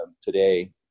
today